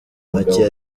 make